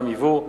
מע"מ יבוא.